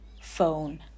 phone